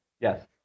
Yes